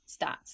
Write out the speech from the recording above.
stats